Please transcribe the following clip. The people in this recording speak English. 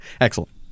Excellent